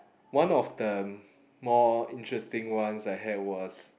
one of the more interesting ones I had was